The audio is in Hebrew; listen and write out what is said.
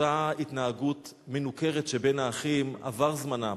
אותה התנהגות מנוכרת שבין האחים, עבר זמנה.